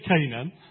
Canaan